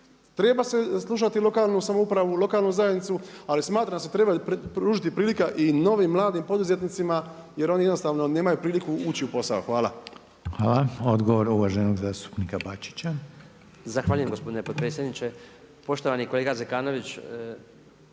Treba slušati lokalnu samoupravu, lokalnu zajednicu, ali smatram da se treba pružiti prilika i novim mladim poduzetnicima jer oni jednostavno nemaju priliku ući u posao. Hvala. **Reiner, Željko (HDZ)** Hvala. Odgovor uvaženog zastupnika Bačića. **Bačić, Branko (HDZ)** Zahvaljujem gospodine potpredsjedniče. Poštovani kolega Zekanović.